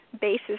basis